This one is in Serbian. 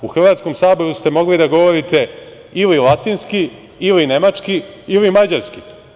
U Hrvatskom saboru ste mogli da govorite ili latinski ili nemački ili mađarski.